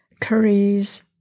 curries